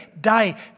die